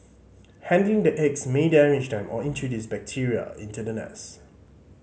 handling the eggs may damage them or introduce bacteria into the nest